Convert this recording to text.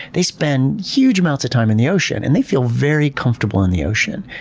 they spend huge amounts of time in the ocean and they feel very comfortable in the ocean.